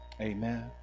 Amen